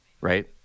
right